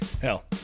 Hell